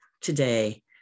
today